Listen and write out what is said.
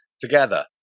together